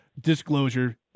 Disclosure